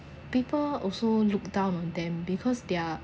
people also look down on them because they're